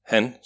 Han